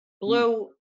Blue